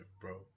bro